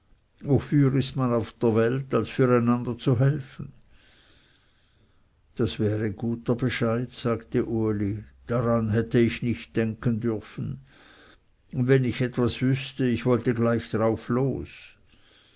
wofür ist man auf der welt als für einander zu helfen das wäre guter bescheid sagte uli daran hätte ich nicht denken dürfen und wenn ich etwas wüßte ich wollte gleich darauf los